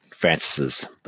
Francis's